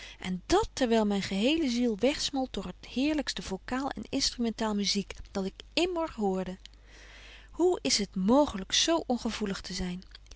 en dat terwyl myn gehele ziel wegsmolt door het heerlykste vocaal en instrumentaal muziek dat ik immer hoorde hoe is t mooglyk zo ongevoelig te zyn